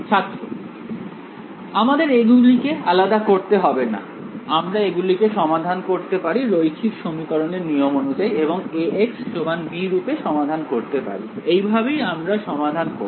ছাত্র আমাদের এগুলিকে আলাদা করতে হবে না আমরা এগুলিকে সমাধান করতে পারি রৈখিক সমীকরণের নিয়ম অনুযায়ী এবং Ax b রূপে সমাধান করতে পারি এই ভাবেই আমরা সমাধান করব